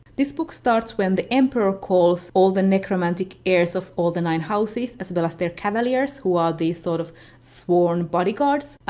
this book starts when the emperor calls all the necromantic heirs of all the nine houses as well as their cavaliers, who are these sort of sworn bodyguards,